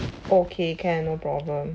okay can no problem